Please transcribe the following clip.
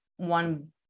one